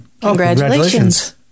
congratulations